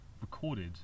recorded